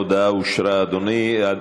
התשע"ה 2015,